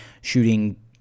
shooting